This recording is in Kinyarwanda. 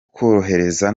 korohereza